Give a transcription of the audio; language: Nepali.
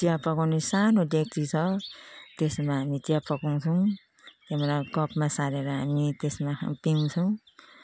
चिया पकाउने सानो डेक्ची छ त्यसमा हामी चिया पकाउँछौँ त्यहाँबाट कपमा सारेर हामी त्यसमा खा पिउँछौँ